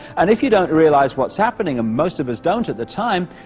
and if you don't realize what's happening, and most of us don't at the time,